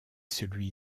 celui